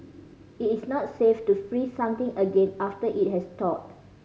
it is not safe to freeze something again after it has thawed